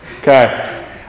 Okay